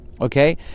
okay